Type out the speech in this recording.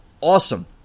awesome